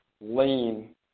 lean